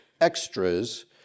extras